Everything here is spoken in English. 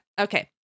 okay